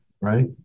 right